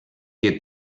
que